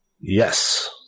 Yes